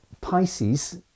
Pisces